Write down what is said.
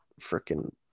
freaking